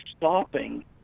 stopping